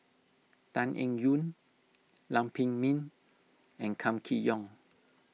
Tan Eng Yoon Lam Pin Min and Kam Kee Yong